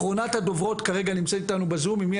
אחרונת הדוברות, מיכל